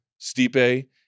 Stipe